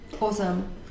Awesome